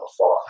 afar